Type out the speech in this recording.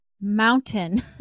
mountain